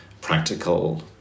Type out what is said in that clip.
practical